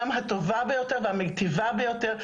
גם הטובה והמיטיבה ביותר,